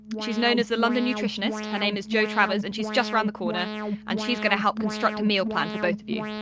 she's known as the london nutritionist, her name is jo travers and she's just around the corner and she's going to help construct a meal plan for both of you.